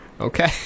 Okay